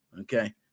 Okay